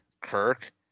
Kirk